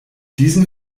diesen